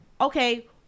Okay